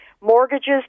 mortgages